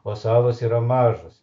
o salos yra mažos